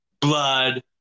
blood